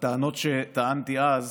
הטענות שטענתי אז